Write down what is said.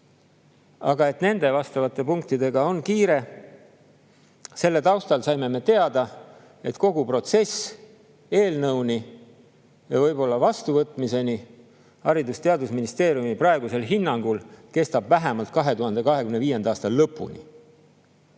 aga nende punktidega on kiire. Selle taustal saime me teada, et kogu protsess eelnõuni ja võib-olla vastuvõtmiseni kestab Haridus‑ ja Teadusministeeriumi praegusel hinnangul vähemalt 2025. aasta lõpuni.